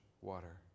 water